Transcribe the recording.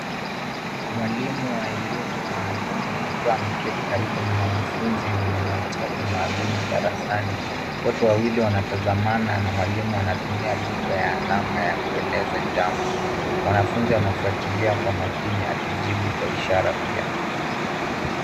Mwalimu wa elimu maalum akiwa ameketi karibu na mwanafunzi wenye mahitaji maalum darasani. Wote wawili wanatazamana, na mwalimu anatumia lugha ya alama ya kueleza jambo. Mwanafunzi anafuatilia kwa makini, akijibu kwa ishara pia.